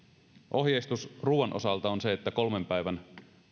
ohjeistus ruuan osalta on se että kolmen päivän